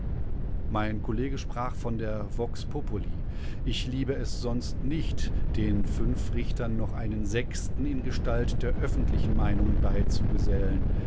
mein kollege sprach von der vox populi ich liebe es sonst nicht den fünf richtern noch einen sechsten in gestalt der öffentlichen meinung beizugesellen